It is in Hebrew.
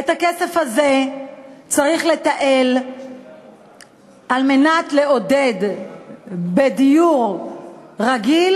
את הכסף הזה צריך לתעל על מנת לעודד בדיור רגיל